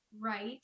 right